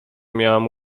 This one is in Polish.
miałam